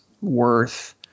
worth